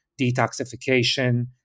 detoxification